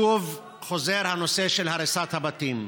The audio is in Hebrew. שוב חוזר הנושא של הריסת הבתים.